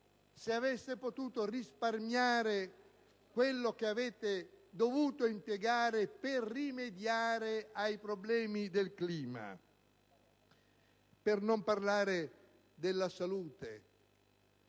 se aveste potuto risparmiare le risorse che avete dovuto impiegare per rimediare ai problemi provocati dal clima. Per non parlare della salute: